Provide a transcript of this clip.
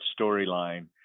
storyline